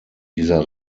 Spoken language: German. dieser